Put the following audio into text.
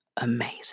amazing